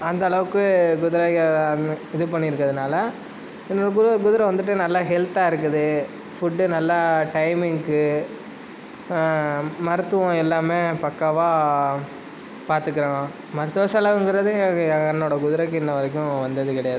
அந்த அளவுக்கு குதிரையை இது பண்ணியிருக்குறதுனால வந்துட்டு குதிரை வந்துட்டு நல்லா ஹெல்த்தாக இருக்குது ஃபுட் நல்லா டைமிங்க்கு மருத்துவம் எல்லாமே பக்காவாக பார்த்துக்குறோம் மருத்துவ செலவுங்கிறது என்னோடய குதிரைக்கு இன்ன வரைக்கும் வந்தது கிடையாது